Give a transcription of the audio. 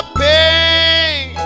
pain